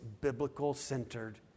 biblical-centered